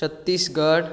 Chhattisgarh